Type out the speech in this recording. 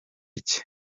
iki